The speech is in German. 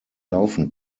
laufen